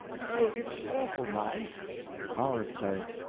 oh, it's oful nice ours say,